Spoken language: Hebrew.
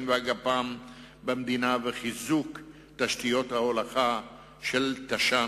והגפ"מ במדינה ולחיזוק תשתיות ההולכה של תש"ן,